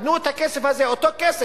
תנו את הכסף הזה, את אותו כסף,